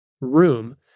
room